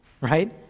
right